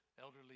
elderly